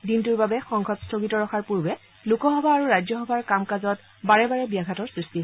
দিনটোৰ বাবে সংসদ স্থগিত ৰখাৰ পূৰ্বে লোকসভা আৰু ৰাজ্যসভাৰ কাম কাজত বাৰে বাৰে ব্যাঘাত জন্মে